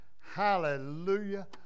Hallelujah